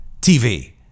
TV